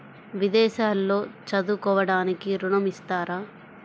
విదేశాల్లో చదువుకోవడానికి ఋణం ఇస్తారా?